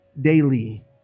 daily